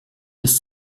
bis